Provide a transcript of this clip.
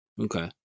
Okay